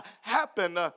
happen